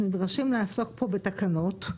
נדרשים לעסוק פה בתקנות,